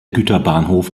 güterbahnhof